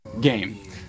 game